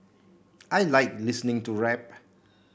I like listening to rap